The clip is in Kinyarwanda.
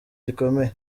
gikomeye